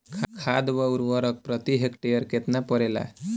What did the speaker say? खाद व उर्वरक प्रति हेक्टेयर केतना परेला?